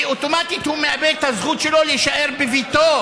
כי אוטומטית הוא מאבד את הזכות שלו להישאר בביתו,